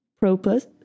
propose